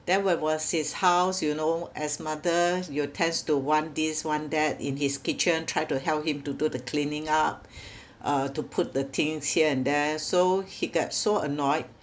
then when was his house you know as mother you tends to want this want that in his kitchen try to help him to do the cleaning up uh to put the things here and there so he get so annoyed